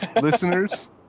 listeners